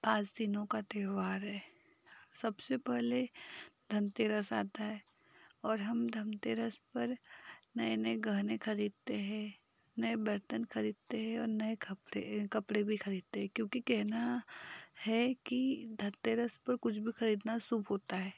पाँच दिनों का त्यौहार है सब से पहले धनतेरस आता है और हम धनतेरस पर नए नए गहने ख़रीदते हैं नए बर्तन ख़रीदते हैं और नए कपड़े कपड़े भी ख़रीदते हैं क्योंकि कहना है कि धनतेरस पर कुछ भी ख़रीदना शुभ होता है